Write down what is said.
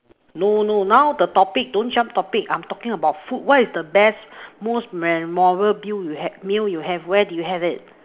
no no now the topic don't jump topic I'm talking about food what is the best most memorable meal meal you have where did you have it